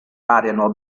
variano